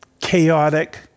chaotic